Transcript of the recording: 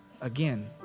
again